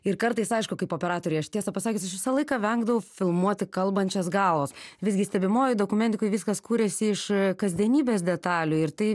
ir kartais aišku kaip operatorei aš tiesą pasakius aš visą laiką vengdavau filmuoti kalbančias galvas visgi stebimojoj dokumentikoj viskas kuriasi iš kasdienybės detalių ir tai